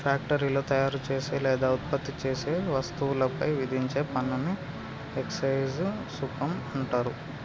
ఫ్యాక్టరీలో తయారుచేసే లేదా ఉత్పత్తి చేసే వస్తువులపై విధించే పన్నుని ఎక్సైజ్ సుంకం అంటరు